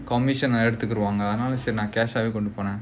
commission எடுத்துகுடுவாங்க:eduthukuduvaanga cash கொண்டு போவேன்:kondu povaen